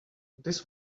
this